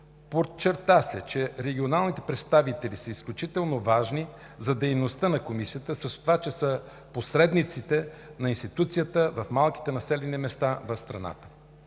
Подчерта се, че регионалните представители са изключително важни за дейността на Комисията с това, че са посредниците на институцията в малките населени места в страната.